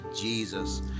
Jesus